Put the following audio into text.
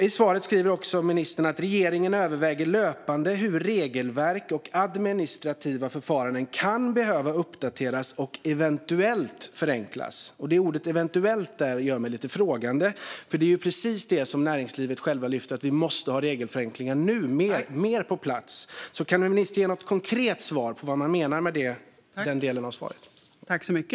I svaret skriver ministern också att regeringen löpande överväger hur regelverk och administrativa förfaranden kan behöva uppdateras och eventuellt förenklas. Och det är ordet eventuellt som gör mig lite frågande, för det är precis det som näringslivet självt lyfter fram, att vi nu måste ha mer regelförenklingar på plats. Kan ministern ge något konkret svar på vad han menar med den delen av svaret?